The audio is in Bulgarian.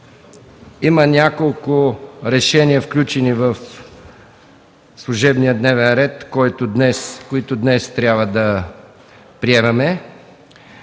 Има няколко решения, включени в служебния дневен ред, които днес трябва да приемем.